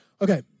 Okay